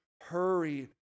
hurry